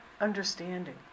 understanding